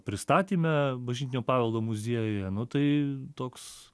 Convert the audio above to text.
pristatyme bažnytinio paveldo muziejuje nu tai toks